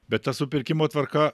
bet ta supirkimo tvarka